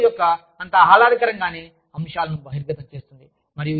ఒకరి వ్యక్తిత్వం యొక్క అంత ఆహ్లాదకరం గాని అంశాలను బహిర్గతం చేస్తుంది